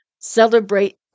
celebrate